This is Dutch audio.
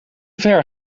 ver